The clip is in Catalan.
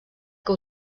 que